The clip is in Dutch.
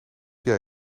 jij